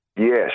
Yes